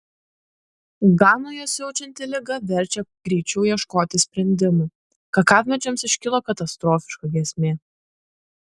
ganoje siaučianti liga verčia greičiau ieškoti sprendimų kakavmedžiams iškilo katastrofiška grėsmė